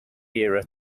era